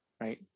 right